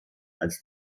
als